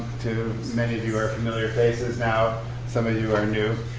many of you are familiar faces now some of you are new.